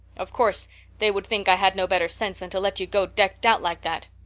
of course they would think i had no better sense than to let you go decked out like that.